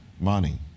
money